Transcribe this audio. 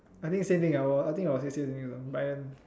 I think same thing I think I will also say same thing Brian